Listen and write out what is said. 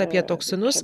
apie toksinus